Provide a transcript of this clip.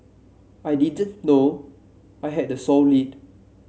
I didn't know I had the sole lead